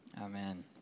Amen